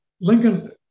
Lincoln